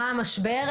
מה המשבר,